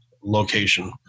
location